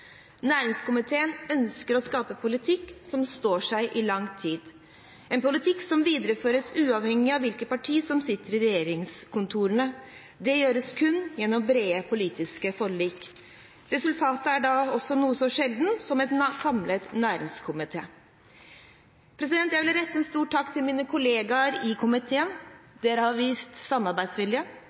Næringskomiteen ønsker å skape politikk som står seg i lang tid, en politikk som videreføres uavhengig av hvilke partier som sitter i regjeringskontorene. Det gjøres kun gjennom brede politiske forlik. Resultatet er da også noe så sjeldent som en samlet næringskomité. Jeg vil rette en stor takk til mine kolleger i komiteen. De har vist samarbeidsvilje